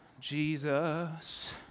Jesus